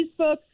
Facebook